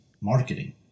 marketing